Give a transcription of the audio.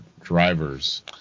drivers